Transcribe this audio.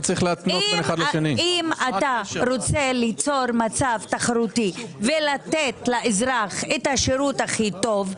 אם אתה רוצה ליצור מצב תחרותי ולתת לאזרח את השירות הכי טוב,